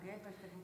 זה נקלט?